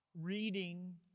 reading